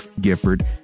Gifford